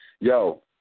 Yo